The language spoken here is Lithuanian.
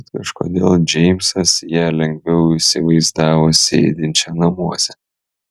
bet kažkodėl džeimsas ją lengviau įsivaizdavo sėdinčią namuose